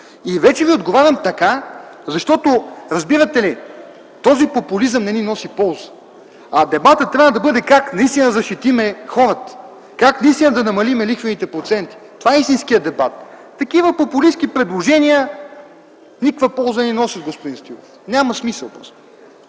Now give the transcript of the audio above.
Вече Ви отговарям така, защото, разбирате ли, този популизъм не ни носи полза, а дебатът трябва да бъде как наистина да защитим хората, как наистина да намалим лихвените проценти. Това е истинският дебат. Такива популистки предложения не носят никаква полза, господин Стоилов, няма смисъл.